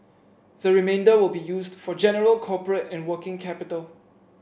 the remainder will be used for general corporate and working capital